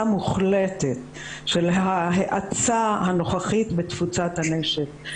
מוחלטת של ההאצה הנוכחית בתפוצת הנשק,